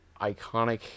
iconic